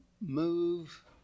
move